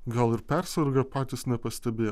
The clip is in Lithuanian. gal ir persirga patys nepastebėjo